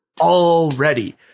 already